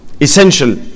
Essential